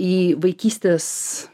į vaikystės